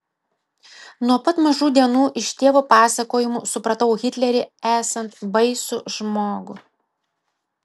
nuo pat mažų dienų iš tėvo pasakojimų supratau hitlerį esant baisų žmogų